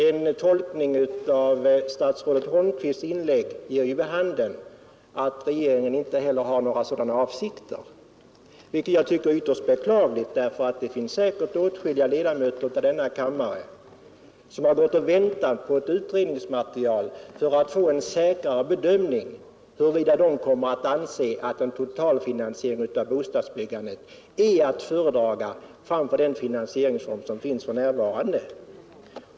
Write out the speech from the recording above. En tolkning av statsrådet Holmqvists inlägg ger ju vid handen att regeringen inte heller har några sådana avsikter, vilket jag tycker är ytterst beklagligt. Det finns säkert åtskilliga ledamöter i kammaren som gått och väntat på ett utredningsmaterial för att få en säkrare bedömning av huruvida man skall anse att en totalfinansiering av bostadsbyggandet är att föredra framför den finansieringsform som finns för närvarande.